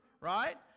Right